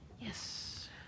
Yes